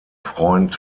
freund